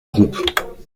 groupes